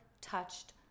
touched